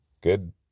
Good